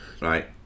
Right